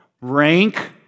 rank